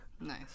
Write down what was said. Nice